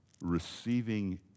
receiving